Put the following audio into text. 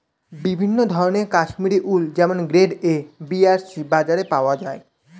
বিভিন্ন ধরনের কাশ্মীরি উল যেমন গ্রেড এ, বি আর সি বাজারে পাওয়া যায়